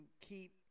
keep